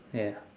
ya